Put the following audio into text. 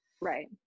right